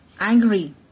Angry